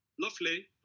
Lovely